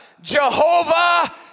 Jehovah